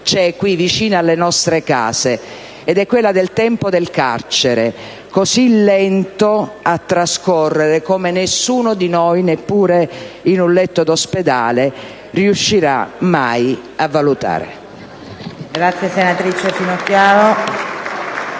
è qui vicina alle nostre case. È la dimensione del tempo del carcere, così lento a trascorrere come nessuno di noi, neppure in un letto di ospedale, riuscirà mai a valutare.